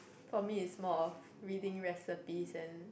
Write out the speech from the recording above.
for me is more of reading recipes and